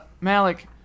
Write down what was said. Malik